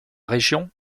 région